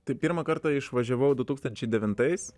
tai pirmą kartą išvažiavau du tūkstančiai devintais